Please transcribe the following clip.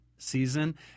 Season